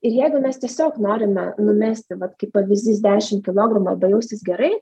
ir jeigu mes tiesiog norime numesti vat kaip pavyzdys dešim kilogramų arba jaustis gerai